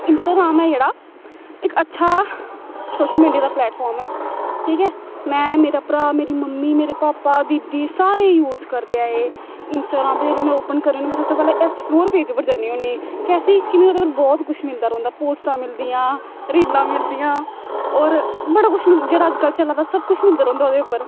ते इंस्टाग्राम ऐ जेह्ड़ा इक अच्छा सोशल मीडिया दा प्लैटफार्म ऐ ठीक ऐ में मेरा भ्राऽ मेरी मम्मी मेरे पापा दीदी सारे यूज़ करदे ऐ एह् इंस्टाग्राम पर जेल्लै में ओपन करनी होन्नी सबूं तू पैह्लें ऐक्सप्लोर पेज उप्पर जन्नी होन्नी कि ओह्दे पर बहुत कुछ मिलदा रौंह्दा पोस्टां मिलदियां रीलां मिलदियां होर बड़ा कुछ जेह्ड़ा अज्जकल चला दा सब कुछ मिलदा रौंह्दा ओह्दे उप्पर